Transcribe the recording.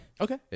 Okay